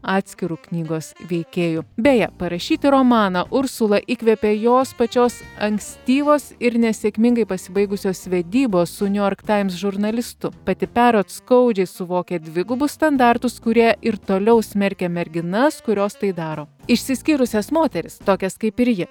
atskiru knygos veikėju beje parašyti romaną ursulą įkvėpė jos pačios ankstyvos ir nesėkmingai pasibaigusios vedybos su niujork taims žurnalistu pati perot skaudžiai suvokė dvigubus standartus kurie ir toliau smerkia merginas kurios tai daro išsiskyrusias moteris tokias kaip ir ji